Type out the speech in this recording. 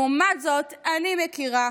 לעומת זאת, אני מכירה